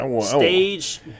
stage